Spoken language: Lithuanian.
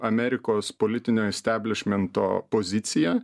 amerikos politinio isteblišmento pozicija